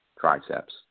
triceps